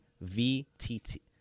V-T-T